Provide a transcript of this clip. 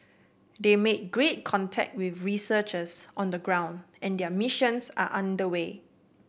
they made great contact with researchers on the ground and their missions are under way